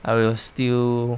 I will still